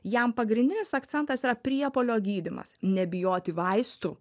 jam pagrindinis akcentas yra priepuolio gydymas nebijoti vaistų